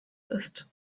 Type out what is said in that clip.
ist